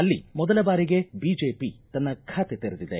ಅಲ್ಲಿ ಮೊದಲ ಬಾರಿಗೆ ಬಿಜೆಪಿ ತನ್ನ ಖಾತೆ ತೆರೆದಿದೆ